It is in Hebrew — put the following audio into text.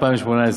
2018,